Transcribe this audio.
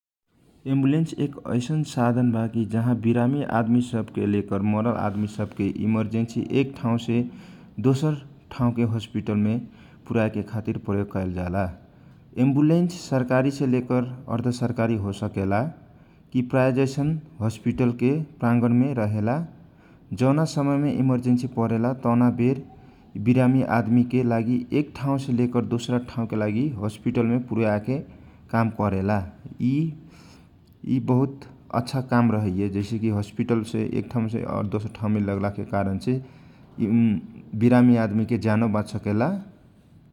एमबुलेनस एक औसन साधन बाकी जाहाँ विरामी आदमी से लेकर मरल आदमी सबके इमरजेन्सी एक ठाउँ से दोसर ठाउँ के होसपिटल मे लेजाय ला प्रयोग हो वेला एम्बुलेन्स सरकारी से लेकर अर्ध सरकारी हो सकेला जौन इ होसपिटल के प्रङगण रहेला जौना समय इमरजेन्सी परेला तौना समयमे विरामी आदमी के दोसर असपताल में प्रयीके ज्यान बचायके काम करेला ।